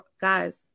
guys